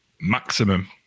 maximum